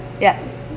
yes